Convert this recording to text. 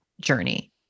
journey